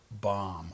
bomb